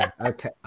Okay